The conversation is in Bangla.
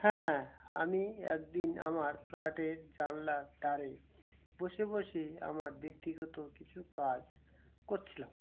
হ্যাঁ আমি একদিন আমার ফ্ল্যাটের জানলার দ্বারে বসে বসে আমার ব্যক্তিগত কিছু কাজ করছিলাম